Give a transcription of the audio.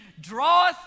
draweth